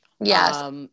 Yes